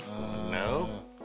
No